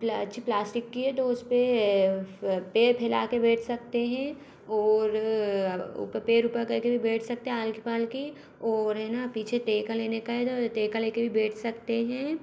प्ला अच्छी प्लास्टिक की है तो उस पर पैर फैला के बैठ सकते हैं और ऊपर पैर ऊपर कर के भी बैठ सकते हैं आलकी पालकी और है ना पीछे टेका लेने है दर टेका ले कर भी बैठ सकते हैं